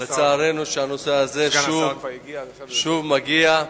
לצערנו, הנושא שוב מגיע,